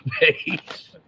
base